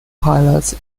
pilots